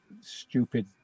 stupid